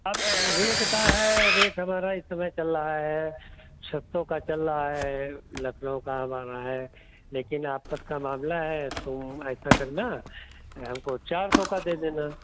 अब रेट का है रेट हमारा इस समय चल रहा है छः सौ का चल रहा है लखनऊ का हमारा है लेकिन आपस का मामला है तो ऐसा करना हमको चार सौ का दे देना